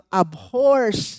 abhors